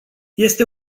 este